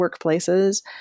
workplaces